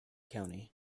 county